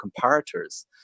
comparators